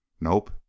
Nope